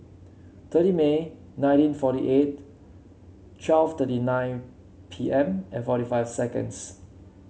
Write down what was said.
thirty May nineteen forty eight twelve thirty nine P M and forty five seconds